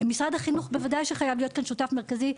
משרד החינוך בוודאי שחייב להיות כאן שותף מרכזי,